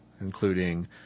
including